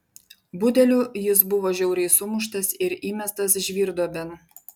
budelių jis buvo žiauriai sumuštas ir įmestas žvyrduobėn